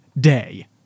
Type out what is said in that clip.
day